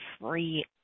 free